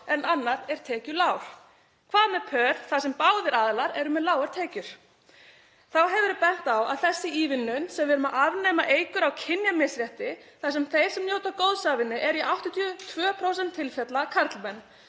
en annar er tekjulágur. Hvað með pör þar sem báðir aðilar eru með lágar tekjur? Þá hefur verið bent á að þessi ívilnun sem við erum að afnema eykur á kynjamisrétti þar þeir sem njóta góðs af henni eru í 82% tilfella karlmenn.